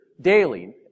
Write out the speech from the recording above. daily